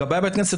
לגבאי בית הכנסת,